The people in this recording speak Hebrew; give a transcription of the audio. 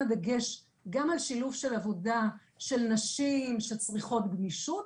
דגש גם על שילוב של עבודה של נשים שצריכות גמישות,